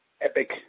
epic